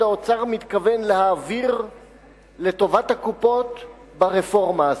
האוצר מתכוון להעביר לטובת הקופות ברפורמה הזאת.